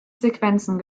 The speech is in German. sequenzen